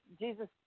Jesus